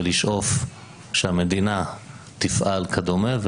ולשאוף שהמדינה תפעל כדומה,